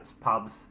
pubs